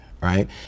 right